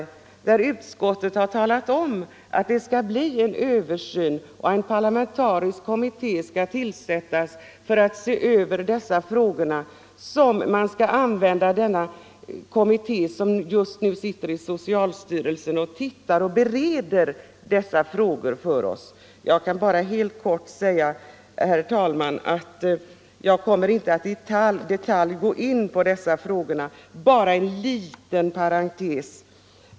I det har utskottet talat om att det skall bli en översyn och att en parlamentarisk kommitté skall se över dessa frågor. Jag kan bara helt kort säga, herr talman, att jag inte kommer att i detalj gå in på dessa frågor. Bara en liten parentes.